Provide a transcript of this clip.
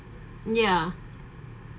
ya